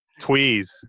Tweez